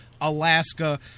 Alaska